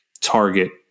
target